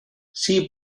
see